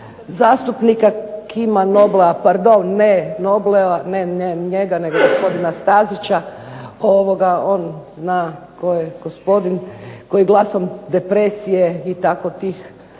zastupnika Kima Noblea, pardon ne Noblea ne njega nego gospodina Stazića, on zna tko je gospodin koji glasom depresije i tako tih